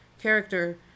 character